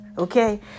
Okay